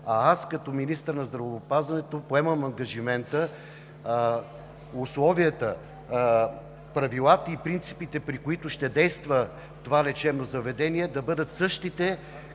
Аз като министър на здравеопазването поемам ангажимента условията, правилата и принципите, при които ще действа това лечебно заведение, да бъдат същите,